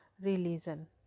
religion